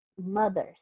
mothers